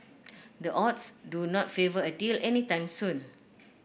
the odds do not favour a deal any time soon